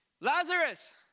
Lazarus